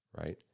right